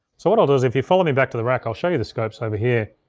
so what i'll do is if you follow me back to the rack, i'll show you the scopes over here.